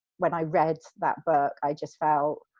when i read that book, i just felt,